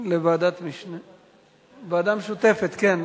לוועדה המשותפת, כן,